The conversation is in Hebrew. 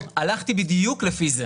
לא, הלכתי בדיוק לפי זה.